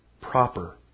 proper